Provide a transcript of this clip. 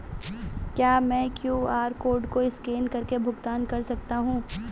क्या मैं QR code को स्कैन करके भुगतान कर सकता हूं?